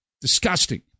Disgusting